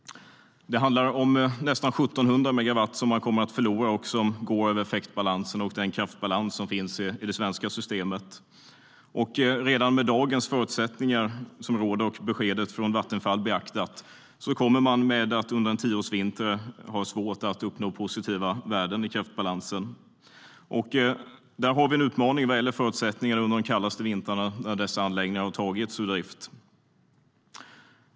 Det handlar om nästan 1 700 megawatt som man kommer att förlora och som går över effektbalansen och den kraftbalans som finns i det svenska systemet. Där har vi en utmaning vad gäller förutsättningarna under de kallaste vintrarna när dessa anläggningar har tagits ur drift.